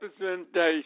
representation